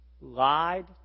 lied